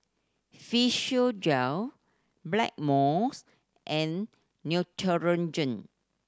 Physiogel Blackmores and Neutrogena